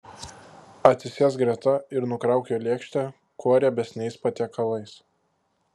atsisėsk greta ir nukrauk jo lėkštę kuo riebesniais patiekalais